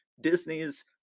disney's